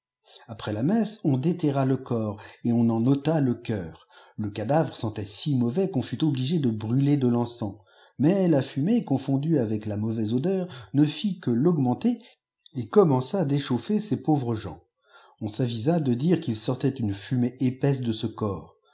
après la messe on déterra le corps et on en ôla le cœur le cadavre sentait si mauvais qu'on fut obligé de brûler de fencens mais la fumée confondue avec la mauvaise odeur ne fit que laugmenter et commença d échauffer ces pauvres gens on s avisa de dire il sortait une fumée épaisse df ce corps